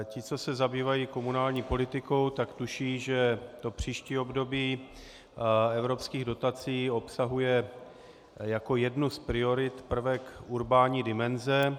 Ti, co se zabývají komunální politikou, tak tuší, že příští období evropských dotací obsahuje jako jednu z priorit prvek urbální dimenze.